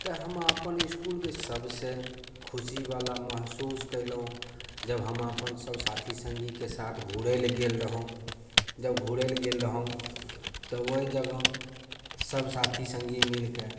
तऽ हम अपन इसकुलके सभसँ खुशीवला महसूस केलहुँ जब हम अपन सभ साथी सङ्गीके साथ घुरै लए गेल रहौ जब घुरै लए गेल रहौं तऽ ओइ जगह सभ साथी सङ्गी मिलिकऽ